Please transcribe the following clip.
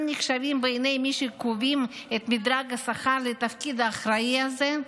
נחשבים בעיני מי שקובעים את מדרג השכר לתפקיד האחראי הזה?